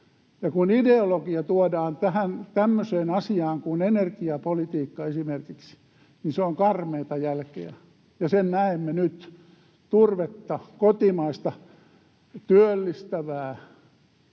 ja kun ideologia tuodaan esimerkiksi tämmöiseen asiaan kuin energiapolitiikka, niin se on karmeata jälkeä, ja sen näemme nyt. Turvetta — kotimaista, työllistävää